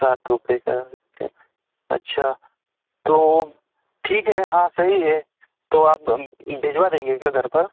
अच्छा तो ठीक है हाँ सही है तो आप भिजवा देंगे क्या घर पर